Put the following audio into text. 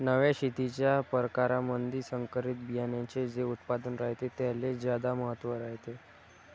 नव्या शेतीच्या परकारामंधी संकरित बियान्याचे जे उत्पादन रायते त्याले ज्यादा महत्त्व रायते